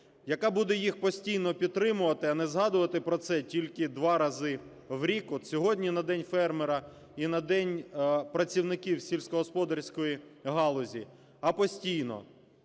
яка буде їх постійно підтримувати, а не згадувати про це тільки два рази в рік, – от сьогодні на День фермера і на День працівників сільськогосподарської галузі, а постійно.